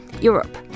Europe